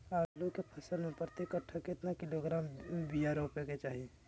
आलू के फसल में प्रति कट्ठा कितना किलोग्राम बिया रोपे के चाहि?